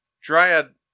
Dryad